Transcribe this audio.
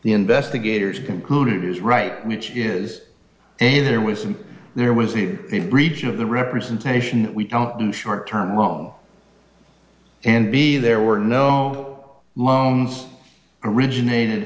investigators concluded is right which is a there was some there was even a breach of the representation that we don't do short term loan and b there were no loans originated